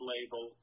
Label